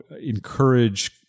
encourage